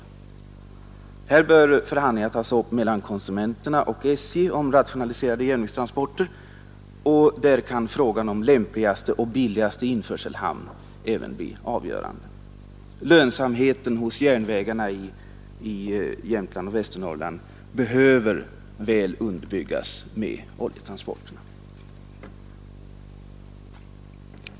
Här bör förhandlingar tas upp mellan konsumenterna och SJ om rationaliserade järnvägstransporter, och då kan frågan om lämpligaste och billigaste införselhamn även bli avgörande. Lönsamheten hos järnvägarna i Jämtland och i Västernorrland behöver underbyggas med oljetransporterna.